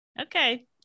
okay